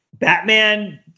Batman